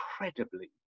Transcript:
incredibly